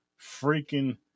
freaking